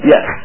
Yes